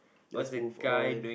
just move on